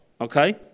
okay